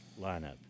lineup